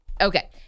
Okay